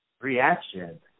Reaction